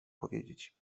powiedzieć